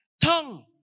tongue